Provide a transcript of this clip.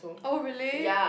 oh really